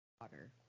Water